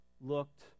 looked